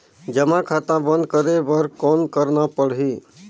जमा खाता बंद करे बर कौन करना पड़ही?